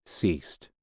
ceased